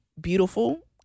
beautiful